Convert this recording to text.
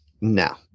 no